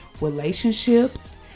relationships